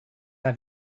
have